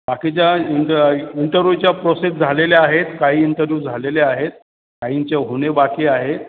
बाकीच्या इंट इंटरव्ह्यूच्या प्रोसेस झालेल्या आहेत काही इंटरव्ह्यू झालेले आहेत काहींच्या होणे बाकी आहेत